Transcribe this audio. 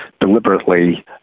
deliberately